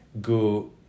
go